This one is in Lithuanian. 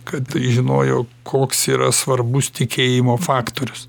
kad žinojo koks yra svarbus tikėjimo faktorius